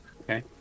Okay